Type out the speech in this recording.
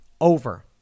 over